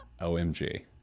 OMG